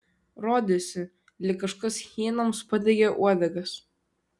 rodėsi lyg kažkas hienoms padegė uodegas